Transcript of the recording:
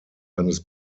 eines